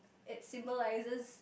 it symbolises